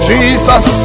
Jesus